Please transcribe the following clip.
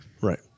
Right